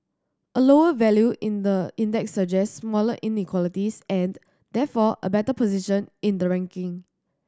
a lower value in the index suggests smaller inequalities and therefore a better position in the ranking